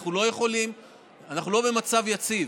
אנחנו לא במצב יציב,